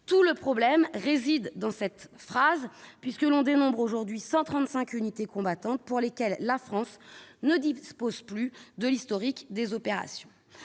Tout le problème réside dans cette dernière phrase, puisque l'on dénombre aujourd'hui 135 unités combattantes pour lesquelles la France ne dispose plus de l'historique des opérations.